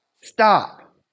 stop